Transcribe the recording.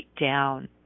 down